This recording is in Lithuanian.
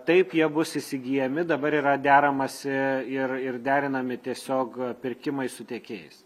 taip jie bus įsigyjami dabar yra deramasi ir ir derinami tiesiog pirkimai su tiekėjais